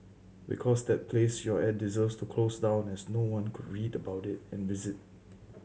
because that place you're at deserves to close down as no one could read about it and visit